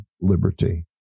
liberty